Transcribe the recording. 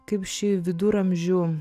kaip ši viduramžių